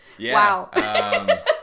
Wow